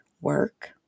work